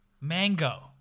Mango